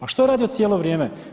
A što je radio cijelo vrijeme?